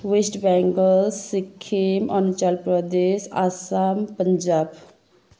West Bengal Sikkim Arunachal Pradesh Assam Punjab